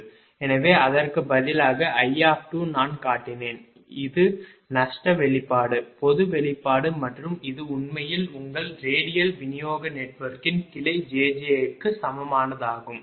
எனவே அதற்கு பதிலாக I நான் காட்டினேன் இது நஷ்ட வெளிப்பாடு பொது வெளிப்பாடு மற்றும் இது உண்மையில் உங்கள் ரேடியல் விநியோக நெட்வொர்க்கின் கிளை jj க்கு சமமானதாகும்